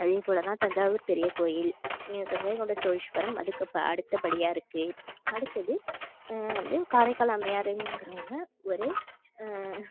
அதேப்போல் தான் தஞ்சாவூர் பெரிய கோயில் கங்கை கொண்ட சோழிஷ்வரம் அதுக்கப்பா அடுத்தப்படியாக இருக்குது அடுத்தது வந்து காரைக்கால் அம்மையாருங்கறவங்க ஒரு